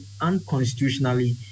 unconstitutionally